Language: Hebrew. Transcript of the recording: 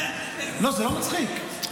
לא, זה לא מצחיק.